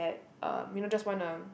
um you know just wanna